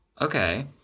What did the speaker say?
Okay